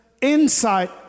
insight